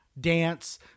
dance